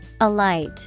Alight